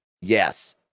yes